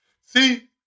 See